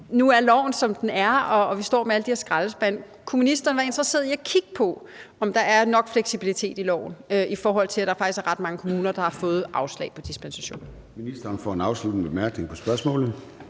Nu er loven, som den er, og vi står med alle de her skraldespande. Kunne ministeren være interesseret i at kigge på, om der er nok fleksibilitet i loven, i forhold til at der faktisk er ret mange kommuner, der har fået afslag på dispensation?